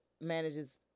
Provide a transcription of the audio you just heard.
manages